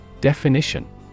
Definition